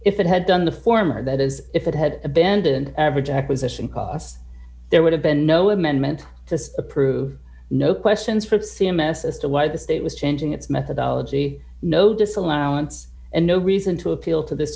if it had done the former that is if it had abandoned average acquisition costs there would have been no amendment to approve no questions from c m s as to why the state was changing its methodology no disallowance and no reason to appeal to this